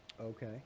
Okay